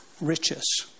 riches